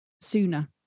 sooner